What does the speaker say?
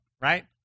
right